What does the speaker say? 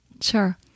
Sure